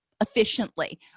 efficiently